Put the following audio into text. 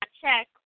check